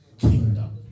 kingdom